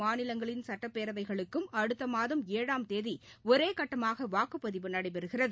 மாநிலங்களின் இந்த சட்டப்பேரவைகளுக்கும் அடுத்தமாதம் இரு ஏழாம் தேதிஒரேகட்டமாகவாக்குப்பதிவு நடைபெறுகிறது